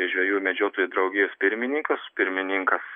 žvejų ir medžiotojų draugijos pirmininkus pirmininkas